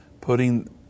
putting